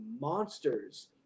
monsters